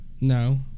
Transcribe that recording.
No